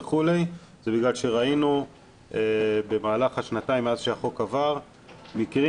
וכו' זה בגלל שראינו במהלך השנתיים מאז שהחוק עבר מקרים